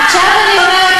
עכשיו אני אומרת,